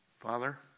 Father